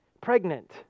pregnant